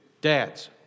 Dads